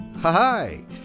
Hi